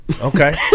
Okay